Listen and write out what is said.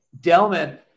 Delman